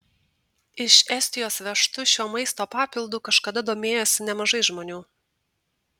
iš estijos vežtu šiuo maisto papildu kažkada domėjosi nemažai žmonių